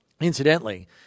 Incidentally